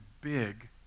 big